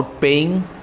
paying